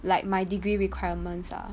like my degree requirements ah